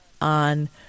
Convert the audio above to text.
on